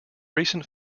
recent